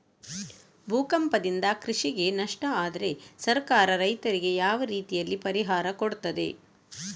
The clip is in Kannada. ಭೂಕಂಪದಿಂದ ಕೃಷಿಗೆ ನಷ್ಟ ಆದ್ರೆ ಸರ್ಕಾರ ರೈತರಿಗೆ ಯಾವ ರೀತಿಯಲ್ಲಿ ಪರಿಹಾರ ಕೊಡ್ತದೆ?